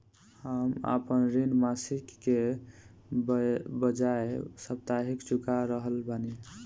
हम आपन ऋण मासिक के बजाय साप्ताहिक चुका रहल बानी